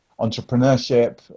entrepreneurship